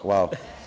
Hvala.